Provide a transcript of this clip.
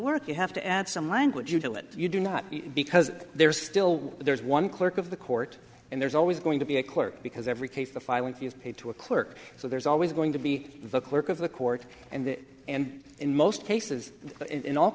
work you have to add some language utility you do not because there's still there's one clerk of the court and there's always going to be a clerk because every case the filing fee is paid to a clerk so there's always going to be vocal work of the court and and in most cases in all